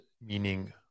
meaning